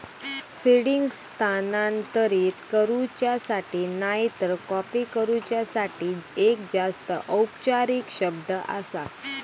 seeding स्थानांतरित करूच्यासाठी नायतर कॉपी करूच्यासाठी एक जास्त औपचारिक शब्द आसा